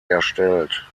erstellt